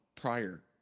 prior